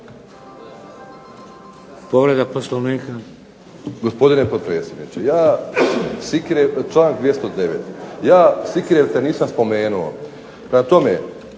Povreda Poslovnika.